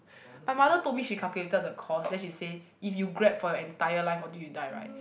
my mother told me she calculated the cost then she say if you Grab for your entire life until you die right